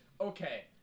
Okay